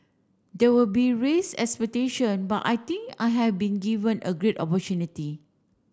there will be raised expectation but I think I have been given a great opportunity